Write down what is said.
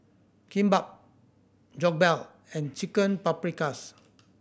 Kimbap Jokbal and Chicken Paprikas